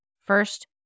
First